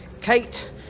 Kate